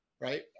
right